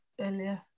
earlier